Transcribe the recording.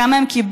כמה הם קיבלו?